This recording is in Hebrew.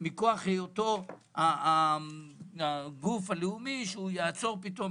מכוח היותו הגוף הלאומי ויעצור את זה פתאום,